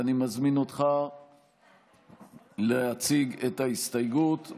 ואני מזמין אותך להציג את ההסתייגות.